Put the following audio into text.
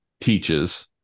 teaches